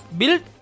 build